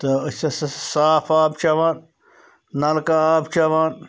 تہٕ أسۍ ہسا صاف آب چٮ۪وان نَلکہٕ آب چٮ۪وان